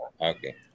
Okay